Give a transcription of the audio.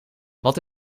wat